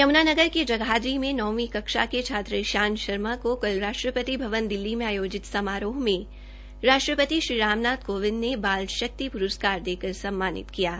यम्नानगर के जगाधरी में नौवीं कक्षा के छात्र ईशान शर्मा को कल राष्ट्रपति भवन दिल्ली में आयोजित समारोह मे राष्ट्रपति श्री राम नाथ कोविंद ने बाल शक्ति प्रस्कार देकर सम्मानित किया है